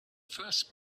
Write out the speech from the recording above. first